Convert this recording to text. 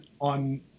on